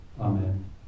Amen